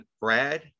Brad